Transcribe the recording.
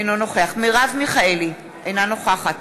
אינו נוכח מרב מיכאלי, אינה נוכחת